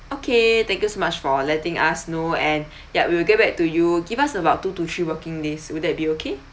okay thank you so much for letting us know and yup we will get back to you give us about two to three working days would that be okay